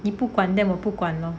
你不管 then 我不管 lor